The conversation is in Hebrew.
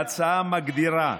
ההצעה מגדירה,